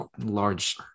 large